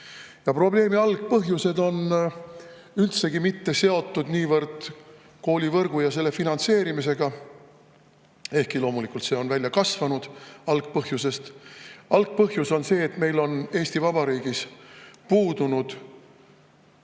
Probleemi algpõhjus pole üldsegi mitte seotud niivõrd koolivõrgu ja selle finantseerimisega, mis küll loomulikult on välja kasvanud algpõhjusest. Algpõhjus on see, et meil on Eesti Vabariigis puudunud